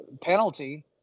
penalty